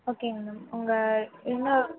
ஓகேங்க மேம் உங்கள் இன்னொரு